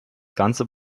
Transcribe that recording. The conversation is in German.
ganze